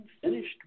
finished